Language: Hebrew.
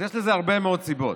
אז יש לזה הרבה מאוד סיבות,